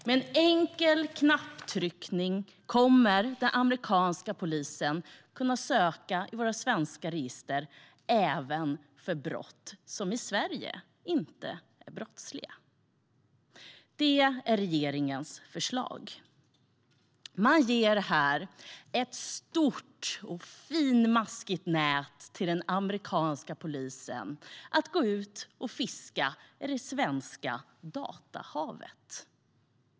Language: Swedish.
Med en enkel knapptryckning kommer den amerikanska polisen att kunna söka i våra svenska register även för brott som i Sverige inte är brottsliga. Det är regeringens förslag. Man ger här ett stort och finmaskigt nät till den amerikanska polisen att gå ut och fiska med i det svenska datahavet.